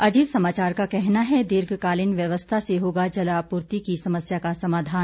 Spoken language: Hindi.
अजीत समाचार का कहना है दीर्घकालीन व्यवस्था से होगा जलापूर्ति की समस्या का समाधान